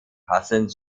passend